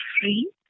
free